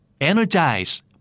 Energize